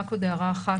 רק עוד הערה אחת,